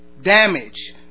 damage